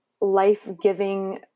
life-giving